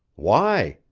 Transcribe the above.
why?